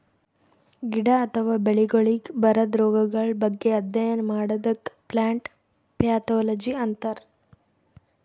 ಗಿಡ ಅಥವಾ ಬೆಳಿಗೊಳಿಗ್ ಬರದ್ ರೊಗಗಳ್ ಬಗ್ಗೆ ಅಧ್ಯಯನ್ ಮಾಡದಕ್ಕ್ ಪ್ಲಾಂಟ್ ಪ್ಯಾಥೊಲಜಿ ಅಂತರ್